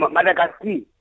Madagascar